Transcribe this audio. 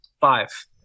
Five